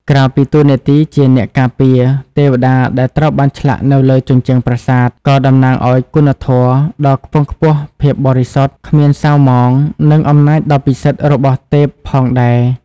ក្រៅពីតួនាទីជាអ្នកការពារ ទេវតាដែលត្រូវបានឆ្លាក់នៅលើជញ្ជាំងប្រាសាទក៏តំណាងឲ្យ គុណធម៌ ដ៏ខ្ពង់ខ្ពស់ ភាពបរិសុទ្ធ គ្មានសៅហ្មង និង អំណាចដ៏ពិសិដ្ឋ របស់ទេពផងដែរ។